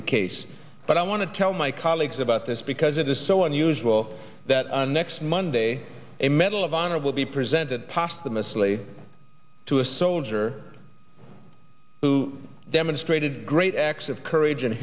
the case but i want to tell my colleagues about this because it is so unusual that our next monday a medal of honor will be presented pasta mostly to a soldier who demonstrated great acts of courage and